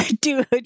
Dude